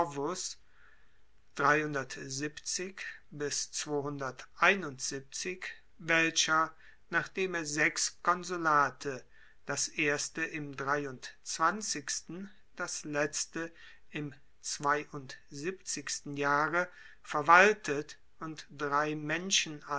welcher nachdem er sechs konsulate das erste im dreiundzwanzigsten das letzte im zweiundsiebzigsten jahre verwaltet und drei